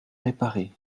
réparée